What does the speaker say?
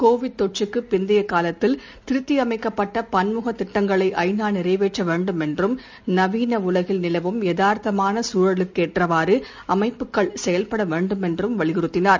Covid தொற்றுக்கு பிந்தைய காலத்தில் திருத்தியமைக்கப்பட்ட பன்முக திட்டங்களை ஐ நா நிறைவேற்ற வேண்டும் என்றும் நவீன உலகில் நிலவும் யதார்த்தமான சூழலுக்கேற்றவாறு அமைப்புகள் செயல்பட வேண்டும் என்றும் வலியுறுத்தினார்